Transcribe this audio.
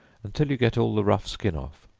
until you get all the rough skin off,